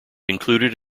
included